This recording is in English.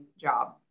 job